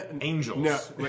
Angels